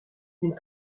une